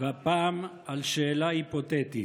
והפעם על שאלה היפותטית: